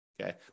Okay